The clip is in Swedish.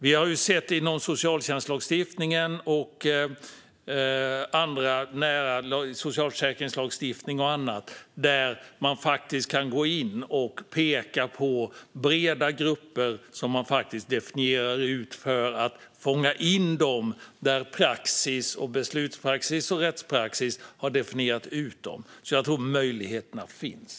Vi har sett att man inom socialtjänstlagstiftningen, socialförsäkringslagstiftningen och annat faktiskt kan gå in och peka på breda grupper för att fånga in dem när beslutspraxis och rättspraxis har definierat ut dem. Jag tror alltså att möjligheterna finns.